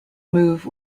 move